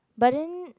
but then